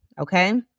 Okay